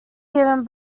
given